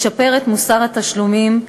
ישפר את מוסר התשלומים,